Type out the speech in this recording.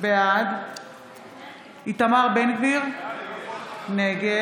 בעד איתמר בן גביר, נגד